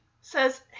says